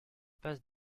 passes